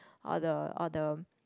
all the all the